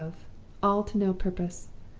all to no purpose.